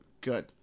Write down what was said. Good